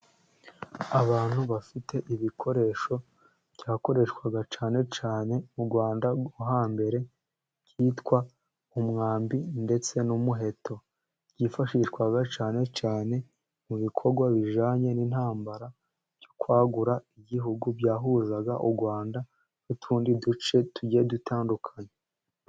Abantu bafite ibikoresho byakoreshwaga cyane cyane mu Rwanda rwo hambere, byitwa umwambi ndetse n’umuheto. Byifashishwaga cyane cyane mu bikorwa bijyanye n’intambara byo kwagura igihugu, byahuzaga u Rwanda n’utundi duce tugiye dutandukanye.